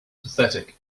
pathetic